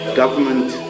government